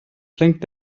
blinkt